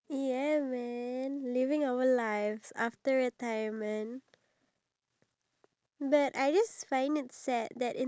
it was said that majority of the around ninety plus percent of the people who took the survey said that